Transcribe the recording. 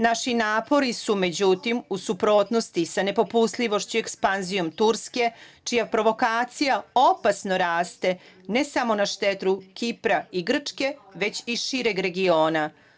Naši napori su međutim u suprotnosti sa nepopustljivošću i ekspanzijom Turske čija provokacija opasno raste ne samo na štetu Kipra i Grčke već i šireg regiona.